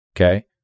okay